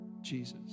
Jesus